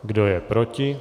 Kdo je proti?